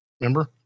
Remember